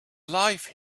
life